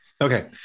Okay